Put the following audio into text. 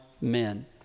men